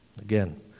Again